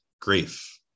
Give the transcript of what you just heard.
grief